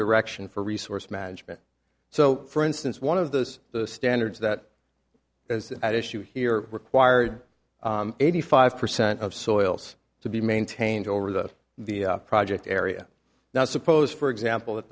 direction for resource management so for instance one of those standards that is at issue here required eighty five percent of soils to be maintained over that the project area now suppose for example that